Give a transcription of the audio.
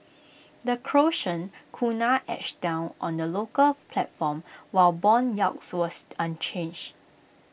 the Croatian Kuna edged down on the local platform while Bond yields were unchanged